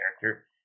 character